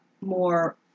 more